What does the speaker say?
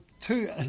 two